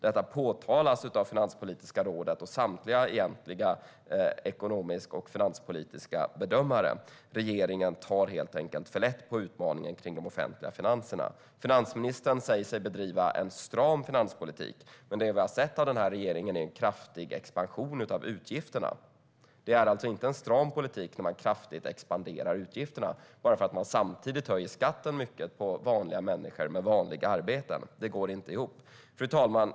Detta påtalas av Finanspolitiska rådet och av egentligen samtliga ekonomisk och finanspolitiska bedömare. Regeringen tar helt enkelt för lätt på utmaningen kring de offentliga finanserna. Finansministern säger sig bedriva en stram finanspolitik, men det vi har sett av den här regeringen är en kraftig expansion av utgifterna. Det är inte en stram politik när man kraftigt expanderar utgifterna bara för att man samtidigt höjer skatten mycket för vanliga människor med vanliga arbeten. Det går inte ihop. Fru talman!